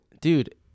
dude